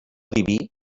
diví